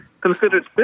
considered